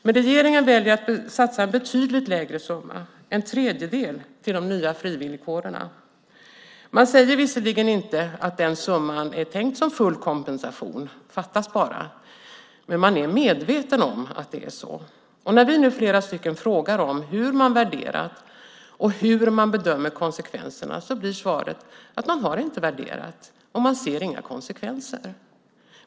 Men regeringen väljer att satsa en betydligt lägre summa, en tredjedel, till de nya frivilligkårerna. Man säger visserligen inte att den summan är tänkt som full kompensation - fattas bara. Men man är medveten om att det är så. När vi nu flera stycken frågar om hur man värderat och hur man bedömer konsekvenserna blir svaret att man inte har värderat, och man ser inga konsekvenser.